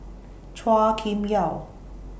Chua Kim Yeow